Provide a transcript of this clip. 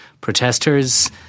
protesters